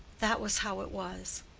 that was how it was.